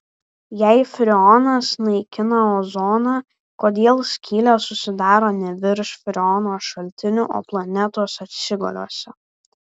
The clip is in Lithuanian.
jei freonas naikina ozoną kodėl skylės susidaro ne virš freono šaltinių o planetos ašigaliuose